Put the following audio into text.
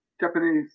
Japanese